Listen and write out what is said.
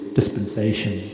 dispensation